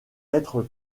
être